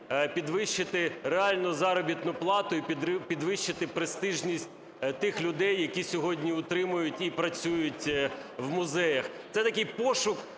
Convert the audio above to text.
підвищити реальну заробітну плату і підвищити престижність тих людей, які сьогодні утримують і працюють в музеях. Це такий пошук